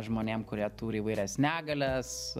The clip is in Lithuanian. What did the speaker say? žmonėm kurie turi įvairias negalias